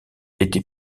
était